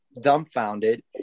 dumbfounded